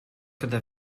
gyda